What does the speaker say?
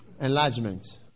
Enlargement